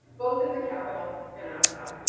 both in the capital and outside.